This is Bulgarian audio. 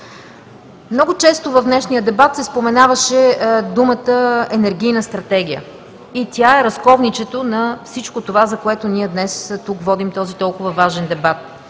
Много често в днешния дебат се споменаваше думата „енергийна стратегия“ и тя е разковничето на всички това, за което днес тук водим този толкова важен дебат.